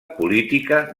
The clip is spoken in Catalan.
política